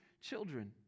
children